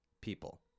people